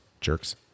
jerks